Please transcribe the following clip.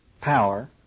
power